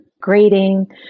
grading